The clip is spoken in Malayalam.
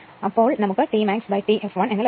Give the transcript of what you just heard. അപ്പോൾ നമുക്ക് T maxT fl എന്ന് ലഭിക്കും